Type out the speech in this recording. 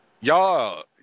y'all